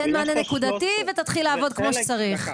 תן מענה נקודתי, ותתחיל לעבוד כמו שצריך.